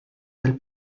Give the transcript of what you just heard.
del